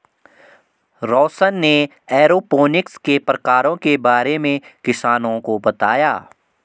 रौशन ने एरोपोनिक्स के प्रकारों के बारे में किसानों को बताया